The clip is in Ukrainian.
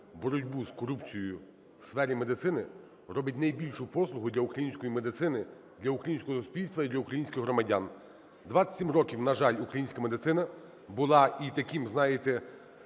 боротьбу з корупцією в сфері медицини, робить найбільшу послугу для української медицини, для українського суспільства і для українських громадян. 27 років, на жаль, українська медицина була таким, знаєте,